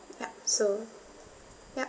ya so yup